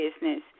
business